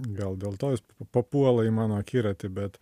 gal dėl to jis papuola į mano akiratį bet